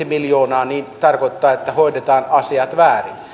miljoonaa niin se tarkoittaa että hoidetaan asiat väärin